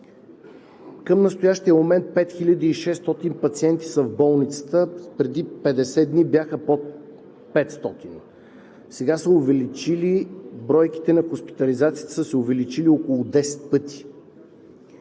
към настоящия момент 5600 пациенти са в болницата, преди 50 дни бяха под 500. Сега са се увеличили бройките на хоспитализациите около 10 пъти.